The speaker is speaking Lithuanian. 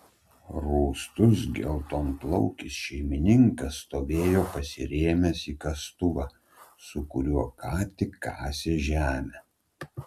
rūstus geltonplaukis šeimininkas stovėjo pasirėmęs į kastuvą su kuriuo ką tik kasė žemę